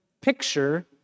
picture